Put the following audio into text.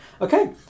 Okay